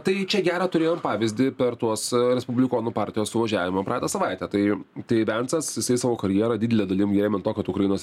tai čia gerą turėjom pavyzdį per tuos respublikonų partijos suvažiavimą praeitą savaitę tai tai vensas jisai savo karjerą didele dalim rėmė ant to kad ukrainos